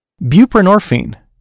Buprenorphine